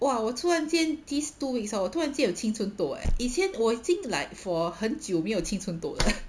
!whoa! 我突然间 these two weeks hor 我突然间有青春痘 leh 以前我已经 like for 很久没有青春痘了 leh